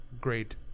great